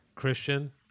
Christian